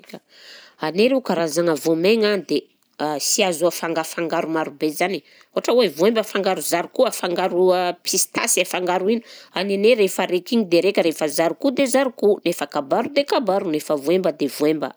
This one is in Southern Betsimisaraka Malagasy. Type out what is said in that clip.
Anay rô karazagna voamaigna dia sy azo afangafangaro marobe zany, ohatra hoe voemba afangaro zaricot, afangaro pistasy, afangaro ino, a nenay rehefa raiky iny dia raika, rehefa zaricot dia zaricot, efa kabaro dia kabaro, nefa voemba dia voemba.